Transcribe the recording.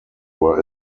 were